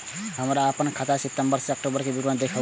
हमरा अपन खाता के सितम्बर से अक्टूबर के विवरण देखबु?